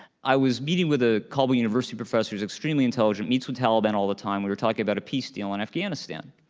i was meeting with a colby university professor who's extremely intelligent, meets with taliban all the time. we were talking about a peace deal in afghanistan,